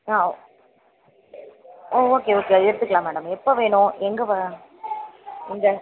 ஓ okay okay அது எடுத்துக்கலாம் madam எப்போ வேணும் எங்கே வ எங்கே